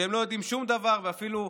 כשהם לא יודעים שום דבר ואפילו,